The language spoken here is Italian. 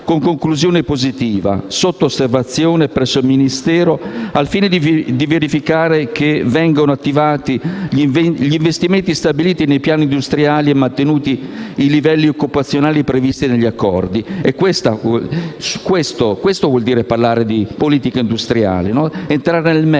una conclusione positiva, sotto osservazione presso il Ministero, al fine di verificare che vengano attivati gli investimenti stabiliti nei piani industriali e mantenuti i livelli occupazionali previsti negli accordi. Questo vuol dire parlare di politica industriale: entrare nel merito